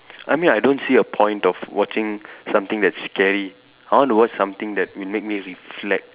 I mean I don't see a point of watching something that's scary I want to watch something that will make me reflect